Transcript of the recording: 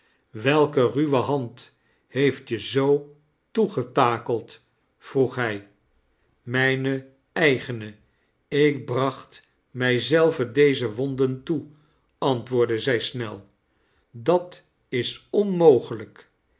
welke ruwe hand he eft je zoo toegetakeld vroeg hij mijne eigene ik bracht mij zelve deze wonden toe antwoordde zij snel dat is onmogelijk